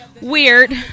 weird